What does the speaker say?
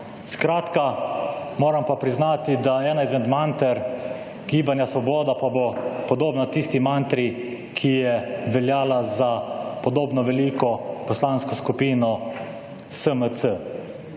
Skratka, moram pa priznati, da ena izmed manter Gibanja Svoboda pa bo podobna tisti mantri, ki je veljala za podobno veliko poslansko skupino SMC.